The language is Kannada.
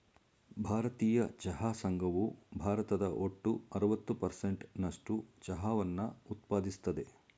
ಭಾರತೀಯ ಚಹಾ ಸಂಘವು ಭಾರತದ ಒಟ್ಟು ಅರವತ್ತು ಪರ್ಸೆಂಟ್ ನಸ್ಟು ಚಹಾವನ್ನ ಉತ್ಪಾದಿಸ್ತದೆ